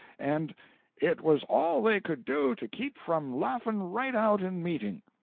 and it was all they could do to keep from laughin' right out in meetin'.